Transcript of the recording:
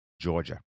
Georgia